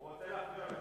הוא רוצה להפריע לך.